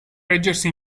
reggersi